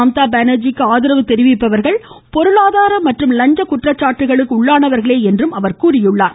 மம்தா பானர்ஜிக்கு ஆதரவு தெரிவிப்பவர்கள் பொருளாதார மற்றும் லஞ்ச குற்றச்சாட்டுக்களுக்கு உள்ளானவர்களே என்றும் கூறியுள்ளார்